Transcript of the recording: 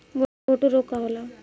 गलघोंटु रोग का होला?